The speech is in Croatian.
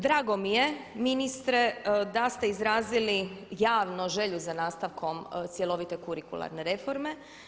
Drago mi je ministre da ste izrazili javno želju za nastavkom cjelovite kurikularne reforme.